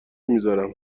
میزارم